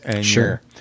Sure